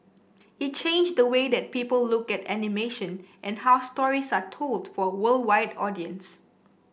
it changed the way that people look at animation and how stories are told for a worldwide audience